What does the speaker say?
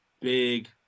Big